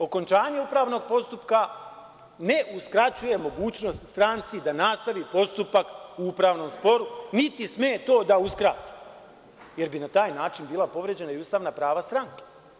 Okončanje upravnog postupka ne uskraćuje mogućnost stranci da nastavi postupak u upravnom sporu, niti sme to da uskrati, jer bi na taj način bila povređena i ustavna prava stranke.